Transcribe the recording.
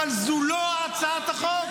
אבל זו לא הצעת החוק.